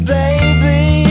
baby